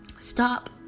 stop